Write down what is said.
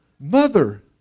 Mother